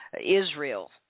Israel